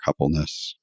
coupleness